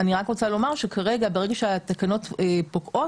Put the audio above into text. אני רוצה לומר שכרגע, ברגע שהתקנות פוקעות,